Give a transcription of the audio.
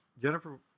Jennifer